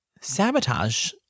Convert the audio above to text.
sabotage